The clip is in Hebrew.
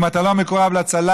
אם אתה לא מקורב לצלחת,